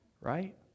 right